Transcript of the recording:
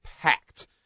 packed